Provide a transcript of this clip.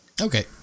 Okay